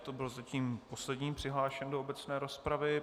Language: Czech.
To byl zatím poslední přihlášený do obecné rozpravy.